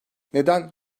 neden